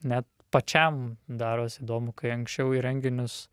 net pačiam daros įdomu kai anksčiau į renginius